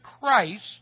Christ